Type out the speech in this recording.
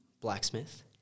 Blacksmith